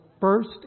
first